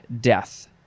death